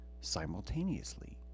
simultaneously